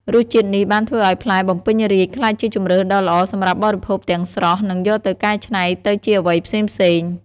រសជាតិនេះបានធ្វើឱ្យផ្លែបំពេញរាជ្យក្លាយជាជម្រើសដ៏ល្អសម្រាប់បរិភោគទាំងស្រស់ និងយកទៅកែច្នៃទៅជាអ្វីផ្សេងៗ។